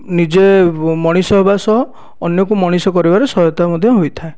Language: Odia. ନିଜେ ମଣିଷ ହେବା ସହ ଅନ୍ୟକୁ ମଣିଷ କରିବାରେ ସହାୟତା ମଧ୍ୟ ହୋଇଥାଏ